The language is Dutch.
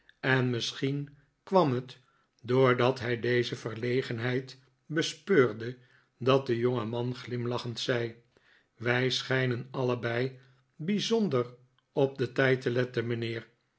en misschien kwam het doordat hij deze verlegenheid bespeurde dat de jongeman glimlachend zei wij schijnen allebei bijzonder op den tijd te letten mijnheer